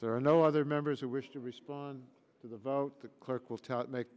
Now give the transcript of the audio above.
there are no other members who wish to respond to the vote the